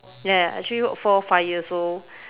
ya ya actually look four five years old